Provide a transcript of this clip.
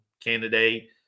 candidate